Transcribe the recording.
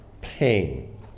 pain